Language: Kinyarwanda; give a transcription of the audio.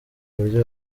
uburyo